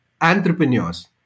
entrepreneurs